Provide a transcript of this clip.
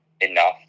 enough